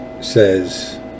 says